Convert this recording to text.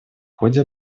ходе